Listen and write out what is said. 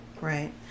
Right